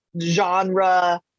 genre